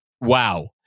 Wow